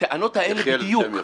הטענות האלה בדיוק,